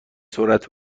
سرعت